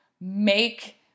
make